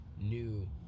new